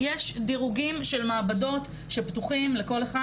יש דירוגים של מעבדות שפתוחים לכל אחד,